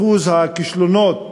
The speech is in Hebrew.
אחוז הכישלונות